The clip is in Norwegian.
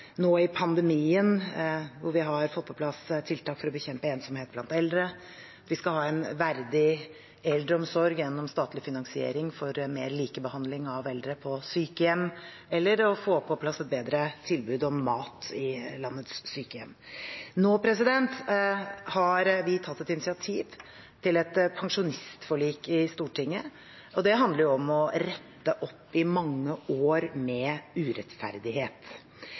nå i pandemien, hvor vi har fått på plass tiltak for å bekjempe ensomhet blant eldre. Vi skal ha en verdig eldreomsorg gjennom statlig finansiering for mer likebehandling av eldre på sykehjem og få på plass et bedre tilbud om mat i landets sykehjem. Nå har vi tatt et initiativ til et pensjonistforlik i Stortinget. Det handler om å rette opp i mange år med urettferdighet.